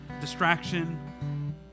distraction